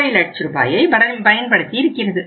5 லட்ச ரூபாயை பயன்படுத்தி இருக்கிறது